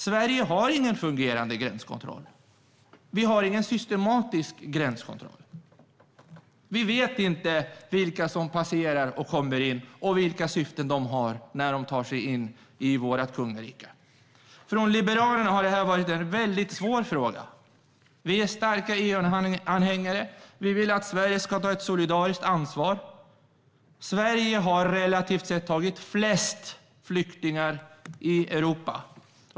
Sverige har ingen fungerande gränskontroll. Vi har ingen systematisk gränskontroll. Vi vet inte vilka som passerar och kommer in och vilka syften de har när de tar sig in i vårt kungarike. Från Liberalerna har detta varit en väldigt svår fråga. Vi är starka EU-anhängare. Vi vill att Sverige ska ta ett solidariskt ansvar. Sverige har relativt sett tagit flest flyktingar i Europa.